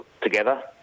together